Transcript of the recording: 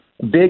big